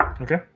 Okay